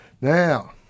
Now